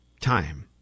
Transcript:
time